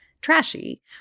trashy